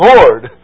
Lord